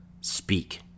speak